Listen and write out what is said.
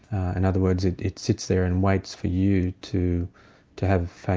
and other words it it sits there and waits for you to to have say,